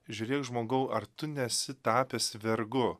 žiūrėk žmogau ar tu nesi tapęs vergu